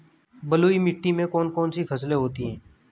बलुई मिट्टी में कौन कौन सी फसलें होती हैं?